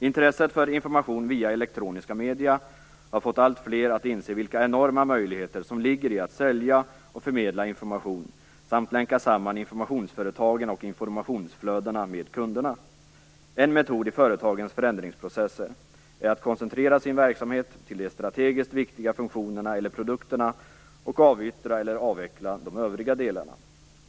Intresset för information via elektroniska medier har fått alltfler att inse vilka enorma möjligheter som ligger i att sälja och förmedla information samt länka samman informationsföretagen och informationsflödena med kunderna. En metod i företagens förändringsprocesser är att koncentrera sin verksamhet till de strategiskt viktiga funktionerna eller produkterna och avyttra eller avveckla de övriga delarna.